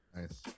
Nice